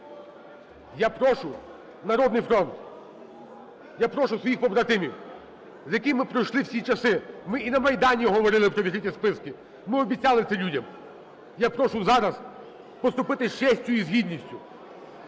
Я прошу "Народний фронт". Я прошу своїх побратимів, з якими ми пройшли всі часи. Ми і на Майдані говорили про відкриті списки. Ми обіцяли це людям. Я прошу зараз поступити з честю і з гідністю.